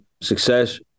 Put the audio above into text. success